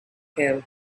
him